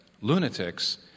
lunatics